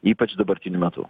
ypač dabartiniu metu